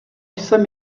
jsem